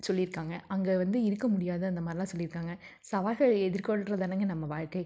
சொல்லியிருக்காங்க அங்கே வந்து இருக்க முடியாது அந்த மாதிரில்லாம் சொல்லியிருக்காங்க சவால்கள் எதிர்கொள்கிறது தானேங்க நம்ம வாழ்க்கை